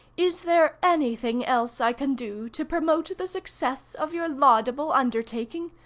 is there anything else i can do to promote the success of your laudable undertaking?